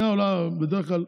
בדרך כלל,